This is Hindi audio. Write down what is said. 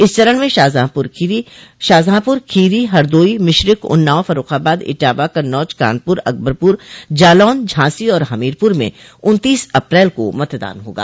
इस चरण में शाहजहांपुर खीरी हरदोई मिश्रिख उन्नाव फर्र्रखाबाद इटावा कन्नौज कानपुर अकबरपुर जालौन झांसी और हमीरपुर में उन्तीस अप्रैल को मतदान होगा